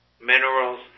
minerals